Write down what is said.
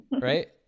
right